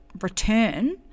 return